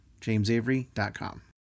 JamesAvery.com